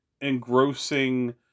engrossing